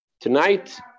Tonight